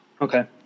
Okay